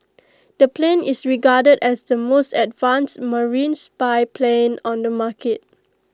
the plane is regarded as the most advanced marine spy plane on the market